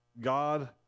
God